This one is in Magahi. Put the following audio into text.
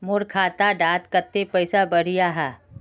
मोर खाता डात कत्ते पैसा बढ़ियाहा?